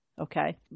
Okay